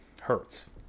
hurts